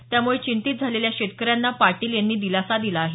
त्यामुळे चिंतित झालेल्या शेतकऱ्यांना पाटील यांनी दिलासा दिला आहे